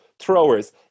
throwers